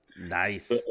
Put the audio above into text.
Nice